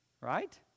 right